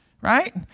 right